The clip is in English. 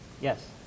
Yes